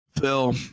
Phil